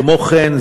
כמו כן,